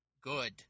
good